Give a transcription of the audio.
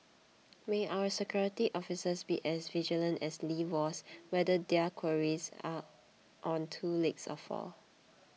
may our security officers be as vigilant as Lee was whether their quarries are on two legs or four